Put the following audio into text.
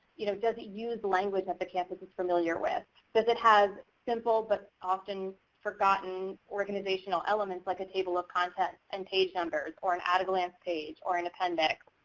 you know does it use language that the campus is familiar with? does it have simple but often forgotten organizational elements like a table of contents and page numbers, or an at a glance page, or an appendix?